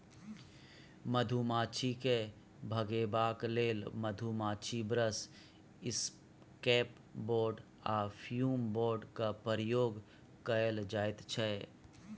मधुमाछी केँ भगेबाक लेल मधुमाछी ब्रश, इसकैप बोर्ड आ फ्युम बोर्डक प्रयोग कएल जाइत छै